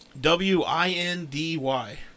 W-I-N-D-Y